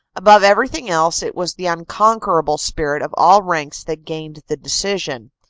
above everything else it was the unconquer able spirit of all ranks that gained the decision.